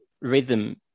rhythm